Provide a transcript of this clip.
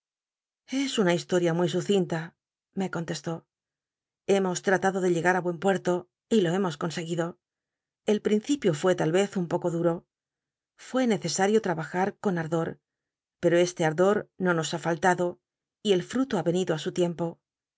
es una historia muy sucinta me contestó hemos hatado de llegará buen puerto y lo hemos conseguido el principio fué tal cz un poco duro fué necesario trabajar con ardo pco este ardor no nos ha fallado y el fru to ha cnido á su tiempo